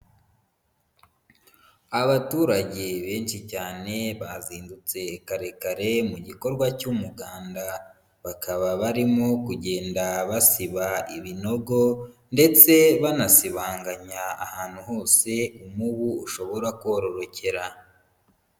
Abaturage benshi cyane bazindutse kare kare mu gikorwa cy'umuganda. Bakaba barimo kugenda basiba ibinogo ndetse banasibanganya ahantu hose umubu ushobora kororokera.